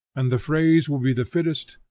and the phrase will be the fittest,